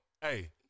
hey